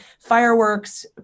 fireworks